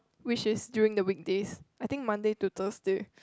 which is during the weekdays I think Monday to Thursday